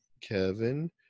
kevin